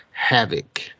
Havoc